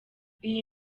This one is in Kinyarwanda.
iyi